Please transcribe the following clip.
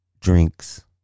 drinks